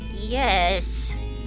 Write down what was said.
Yes